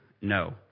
No